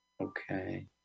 Okay